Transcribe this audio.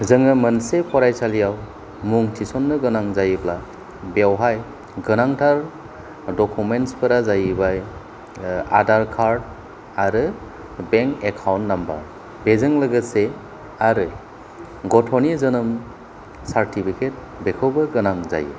जोङो मोनसे फरायसालियाव मुं थिसननो गोनां जायोब्ला बेयावहाय गोनांथार डकुमेन्स फोरा जाहैबाय आधार कार्ड आरो बेंक एकाउन्ट नाम्बार बेजों लोगोसे आरो गथ'नि जोनोम सार्टिफिकेट बेखौबो गोनां जायो